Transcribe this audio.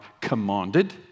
commanded